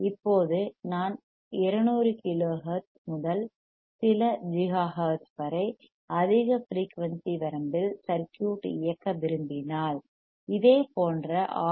இப்போது நான் 200 kilo hertz முதல் சில ஜிகாஹெர்ட்ஸ் வரை அதிக ஃபிரீயூன்சி வரம்பில் சர்க்யூட் இயக்க விரும்பினால் இதேபோன்ற ஆர்